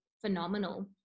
phenomenal